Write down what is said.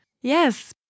Yes